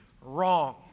Wrong